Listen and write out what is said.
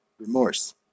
remorse